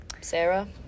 Sarah